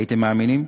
הייתם מאמינים?